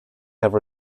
have